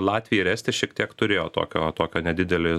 latvija ir estija šiek tiek turėjo tokio tokio nedidelį